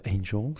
angels